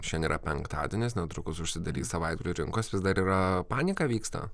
šiandien yra penktadienis netrukus užsidarys savaitgalio rinkos vis dar yra panika vyksta